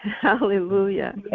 Hallelujah